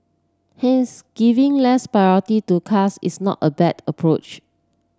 hence giving less priority to cars is not a bad approach